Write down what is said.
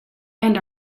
and